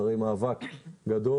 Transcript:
אחרי מאבק גדול.